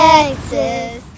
Texas